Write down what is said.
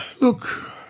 Look